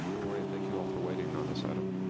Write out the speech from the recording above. morning, thank you all for waiting on this item.